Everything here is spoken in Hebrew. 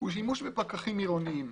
שימוש בפקחים עירוניים.